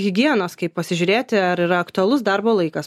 higienos kaip pasižiūrėti ar yra aktualus darbo laikas